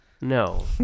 no